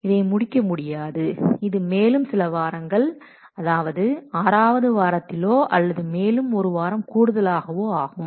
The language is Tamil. இதை முடிக்க முடியாது இது மேலும் சில சில வாரங்கள் அதாவது ஆறாவது வாரத்திலோ அல்லது மேலும் ஒரு வாரம் கூடுதலாக ஆகும்